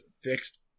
fixed